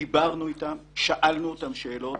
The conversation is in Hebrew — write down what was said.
דיברנו איתם, שאלנו אותם שאלות